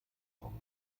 kommt